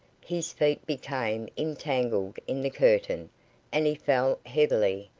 his feet became entangled in the curtain and he fell heavily,